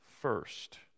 first